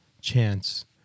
chance